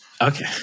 Okay